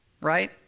right